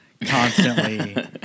constantly